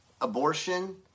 abortion